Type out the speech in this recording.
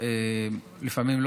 לא מתאים לפעמים.